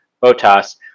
Botas